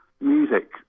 music